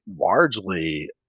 largely